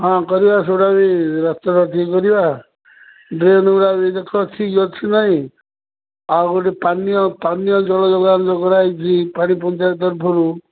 ହଁ କରିବା ସେଗୁଡ଼ାକ ବି ରାସ୍ତାଗୁଡ଼ା ଠିକ୍ କରିବା ଡ୍ରେନ୍ ଗୁଡ଼ା ବି ଦେଖ ଠିକ୍ ଅଛି କି ନାହିଁ ଆଉ ଗୋଟେ ପାନୀୟ ପାନୀୟ ଜଳ ଯୋଗାଣ କରାହେଇଛିି ପାଣି ପଞ୍ଚାୟତ ତରଫରୁ